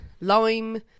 Lime